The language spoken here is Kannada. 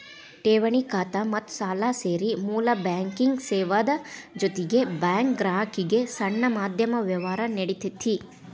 ಠೆವಣಿ ಖಾತಾ ಮತ್ತ ಸಾಲಾ ಸೇರಿ ಮೂಲ ಬ್ಯಾಂಕಿಂಗ್ ಸೇವಾದ್ ಜೊತಿಗೆ ಬ್ಯಾಂಕು ಗ್ರಾಹಕ್ರಿಗೆ ಸಣ್ಣ ಮಧ್ಯಮ ವ್ಯವ್ಹಾರಾ ನೇಡ್ತತಿ